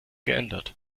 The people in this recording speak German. geändert